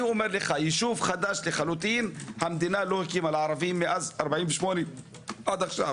ישוב חדש לחלוטין המדינה לא הקימה לערבים לא מאז 48' עד עכשיו.